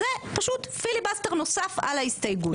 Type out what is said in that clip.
זה פשוט פיליבסטר נוסף על ההסתייגות.